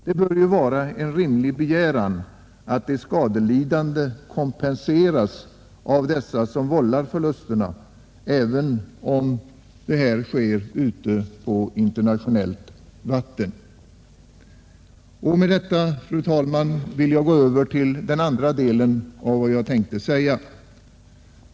Det bör ju vara en rimlig begäran att de skadelidande kompenseras av dem som vållar förlusterna, även om skadorna uppstår ute på internationellt vatten. Och med detta, fru talman, vill jag gå över till den andra delen av vad jag tänkte säga.